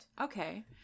Okay